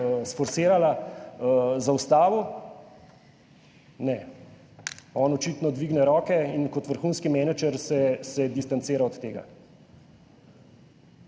sforsirala, zaustavil, on očitno dvigne roke in kot vrhunski menedžer se distancira od tega.